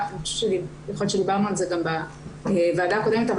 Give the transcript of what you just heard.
יכול להית שדיברנו על זה גם בוועדה הקודמת,